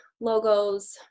logos